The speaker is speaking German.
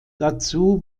dazu